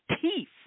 teeth